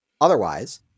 otherwise